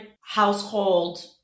household